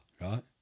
right